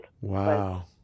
Wow